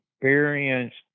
experienced